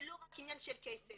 זה לא רק עניין של כסף.